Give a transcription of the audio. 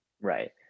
Right